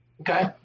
Okay